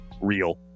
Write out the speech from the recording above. real